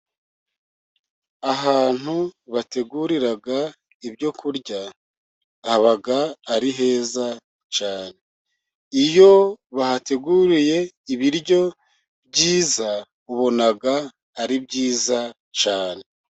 Ahantu bategurira ibyo kurya haba ari heza cyane. Iyo bahateguriye ibiryo byiza ubona ari byiza cyane.